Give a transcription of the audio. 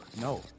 No